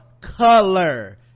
color